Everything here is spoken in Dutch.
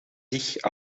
zich